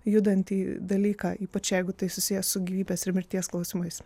judantį dalyką ypač jeigu tai susiję su gyvybės ir mirties klausimais